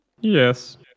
Yes